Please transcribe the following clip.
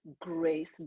grace